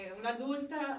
un'adulta